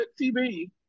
TV